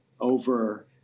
over